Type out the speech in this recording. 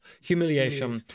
Humiliation